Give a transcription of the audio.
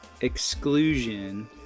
exclusion